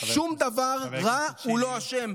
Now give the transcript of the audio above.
שום דבר רע הוא לא אשם.